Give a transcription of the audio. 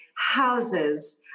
houses